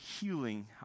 healing